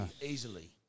easily